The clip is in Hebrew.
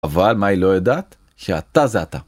אבל מה היא לא יודעת? שאתה זה אתה.